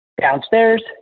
downstairs